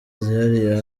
zihariye